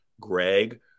greg